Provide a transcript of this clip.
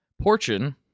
Portion